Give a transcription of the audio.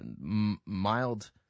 mild